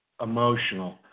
emotional